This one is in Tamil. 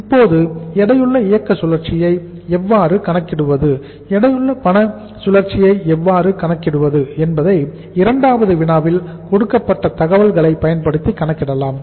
இப்போது எடையுள்ள இயக்க சுழற்சியை எவ்வாறு கணக்கிடுவது எடையுள்ள பண சுழற்சியை எவ்வாறு கணக்கிடுவது என்பதை இரண்டாவது வினாவில் கொடுக்கப்பட்ட தகவல்களை பயன்படுத்தி கணக்கிடலாம்